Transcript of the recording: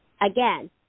Again